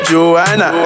Joanna